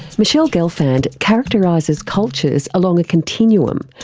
michele gelfand characterises cultures along a continuum,